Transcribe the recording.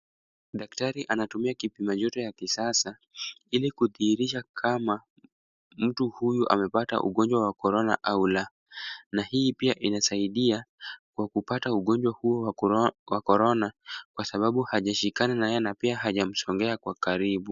Daktari anatumia kipima joto ya kisasa ili kudhihirisha kama huyu mtu amepata ugonjwa wa corona au la na hii pia inasaidia kwa kupata na ugonjwa huu wa corona kwa sababu hajashikana na yeye na hajamsongea kwa karibu,